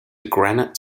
granite